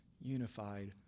unified